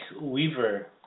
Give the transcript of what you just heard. Weaver